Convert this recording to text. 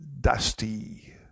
dusty